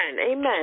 amen